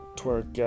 twerk